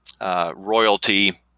royalty